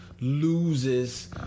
loses